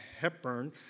Hepburn